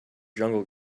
jungle